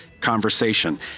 conversation